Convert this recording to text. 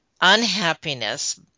unhappiness